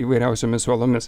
įvairiausiomis uolomis